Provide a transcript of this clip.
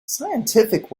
scientific